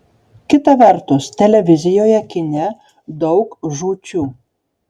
kita vertus televizijoje kine daug žūčių